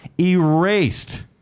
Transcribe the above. erased